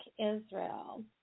Israel